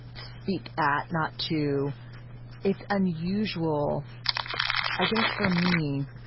speak at, not to it's unusual i guess, for me,